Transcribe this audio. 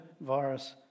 virus